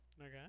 Okay